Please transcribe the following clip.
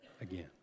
again